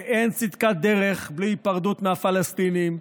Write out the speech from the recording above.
שאין צדקת דרך בלי היפרדות מהפלסטינים,